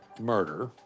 murder